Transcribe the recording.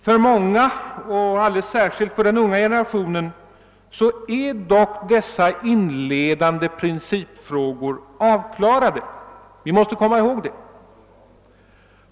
För många och alldeles särskilt för den unga generationen är dock dessa principfrågor avklarade. Vi måste komma ihåg det.